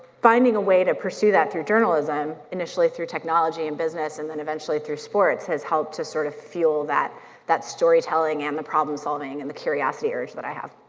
finding a way to pursue that through journalism, initially through technology and business and then eventually through sports has helped to sort of fuel that that storytelling and the problem solving and the curiosity urge that i have.